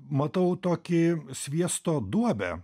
matau tokį sviesto duobę